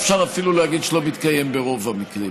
אפשר אפילו להגיד שלא מתקיים ברוב המקרים.